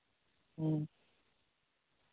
ᱦᱮᱸ